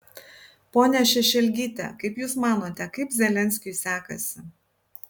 ponia šešelgyte kaip jūs manote kaip zelenskiui sekasi